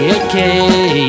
okay